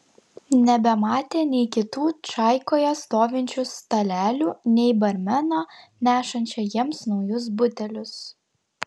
nebematė nei kitų čaikoje stovinčių stalelių nei barmeno nešančio jiems naujus butelius